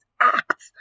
act